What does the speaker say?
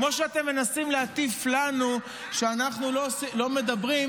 כמו שאתם מנסים להטיף לנו שאנחנו לא מדברים,